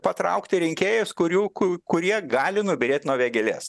patraukti rinkėjus kurių ku kurie gali nubyrėt nuo vėgėlės